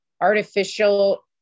artificial